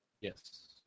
Yes